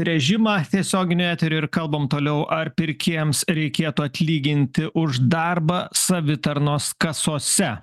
režimą tiesioginį eterį ir kalbam toliau ar pirkėjams reikėtų atlyginti už darbą savitarnos kasose